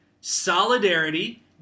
solidarity